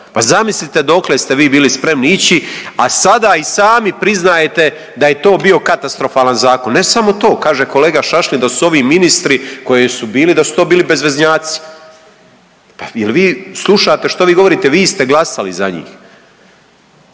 Pa zamislite dokle ste vi bili spremni ići, a sada i sami priznajete da je to bio katastrofalan zakon. Ne samo to. Kaže kolega Šašlin da su ovi ministri koji su bili da su to bili bezveznjaci. Pa je li vi slušate što vi govorite? Vi ste glasali za njih.